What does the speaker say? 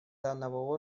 данного